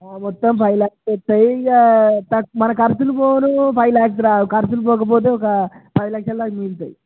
మొత్తం ఫైవ్ ల్యాక్స్ వస్తాయి ఇక మన ఖర్చులు పోను ఫైవ్ ల్యాక్స్ రా ఖర్చులు పోకపోతే ఒక పది లక్షలు దాకా మిగులుతాయి